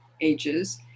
ages